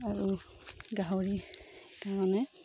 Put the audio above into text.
আৰু গাহৰিৰ কাৰণে